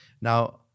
Now